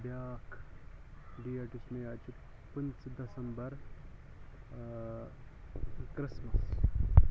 بیاکھ ڈیٹ یُس مےٚ یاد چھُ پنژٕہ دَسَمبَر کرسمَس